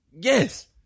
Yes